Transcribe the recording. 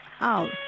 out